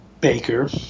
baker